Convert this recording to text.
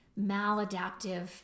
maladaptive